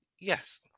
yes